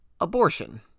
abortion